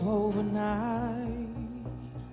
overnight